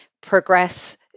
progress